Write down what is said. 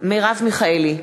מרב מיכאלי,